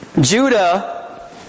Judah